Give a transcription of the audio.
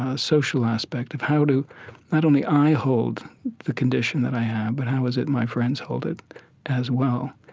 ah social aspect of how to not only i hold the condition that i have but how is it my friends hold it as well